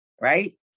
right